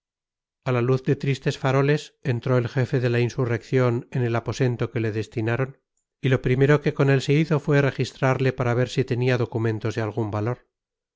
a la luz de tristes faroles entró el jefe de la insurrección en el aposento que le destinaron y lo primero que con él se hizo fue registrarle para ver si tenía documentos de algún valor